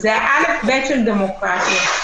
זה אל"ף-בי"ת של דמוקרטיה.